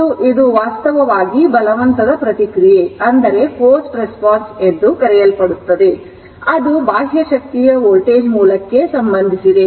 ಮತ್ತು ಇದು ವಾಸ್ತವವಾಗಿ ಬಲವಂತದ ಪ್ರತಿಕ್ರಿಯೆ ಎಂದು ಕರೆಯಲ್ಪಡುತ್ತದೆ ಅದು ಬಾಹ್ಯ ಶಕ್ತಿಯ ವೋಲ್ಟೇಜ್ ಮೂಲಕ್ಕೆ ಸಂಬಂಧಿಸಿದೆ